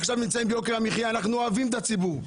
עכשיו יש יוקר מחיה ואנחנו אוהבים את הציבור.